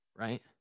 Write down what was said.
right